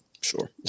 sure